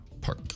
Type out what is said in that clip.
Park